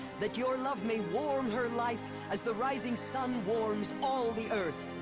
that your love may warm her life. as the rising sub warms all the earth.